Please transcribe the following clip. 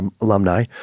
alumni